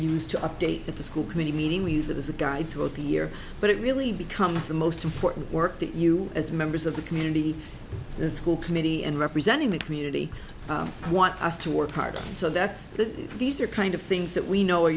use to update at the school committee meeting we use that as a guide throughout the year but it really becomes the most important work that you as members of the community school committee and representing the community want us to work part and so that's that these are kind of things that we know